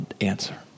answer